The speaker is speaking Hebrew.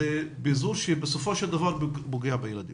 זה פיזור שבסופו של דבר פוגע בילדים.